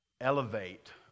elevate